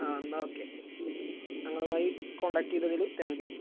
ആ എന്നാല് ഓക്കെ ഞങ്ങളുമായി കോൺടാക്ട് ചെയ്തതില് താങ്ക്യൂ